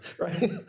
Right